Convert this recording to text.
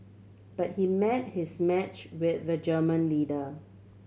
but he met his match with the German lender